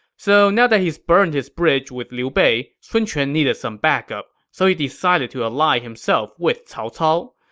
so now that he's burned his bridge with liu bei, sun quan needed some backup, so he decided to ally himself with cao cao.